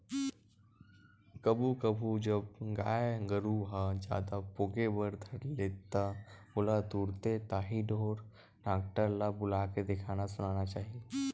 कभू कभू जब गाय गरु ह जादा पोके बर धर ले त ओला तुरते ताही ढोर डॉक्टर ल बुलाके देखाना सुनाना चाही